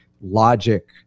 logic